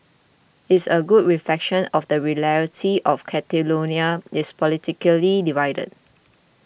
it's a good reflection of the reality of Catalonia is politically divided